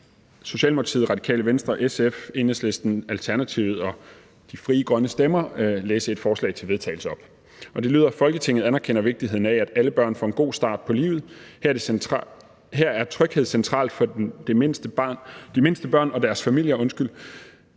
Socialdemokratiet, Radikale Venstre, Socialistisk Folkeparti, Enhedslisten, Alternativet og Frie Grønne fremsætte følgende: Forslag til vedtagelse »Folketinget anerkender vigtigheden af, at alle børn får en god start på livet. Her er tryghed centralt for de mindste børn og deres familier. Gode